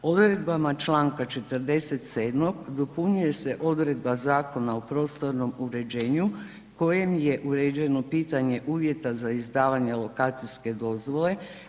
Odredbama čl. 47. dopunjuju se odredba Zakona o prostornom uređenju kojim je uređeno pitanje uvjeta za izdavanje lokacijske dozvole.